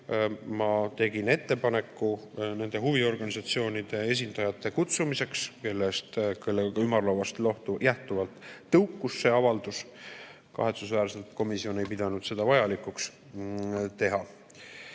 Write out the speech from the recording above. Ma tegin ettepaneku nende huviorganisatsioonide esindajate kutsumiseks, kellega ümarlauast lähtuvalt tõukus see avaldus. Kahetsusväärselt ei pidanud komisjon seda vajalikuks teha.